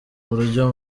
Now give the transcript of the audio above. buryo